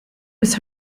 was